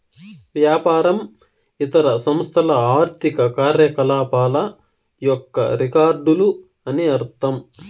వ్యాపారం ఇతర సంస్థల ఆర్థిక కార్యకలాపాల యొక్క రికార్డులు అని అర్థం